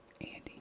Andy